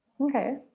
Okay